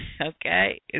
okay